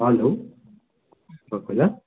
hello Kopila